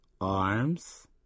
arms